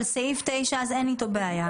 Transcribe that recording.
אבל סעיף 9 אין אתו בעיה,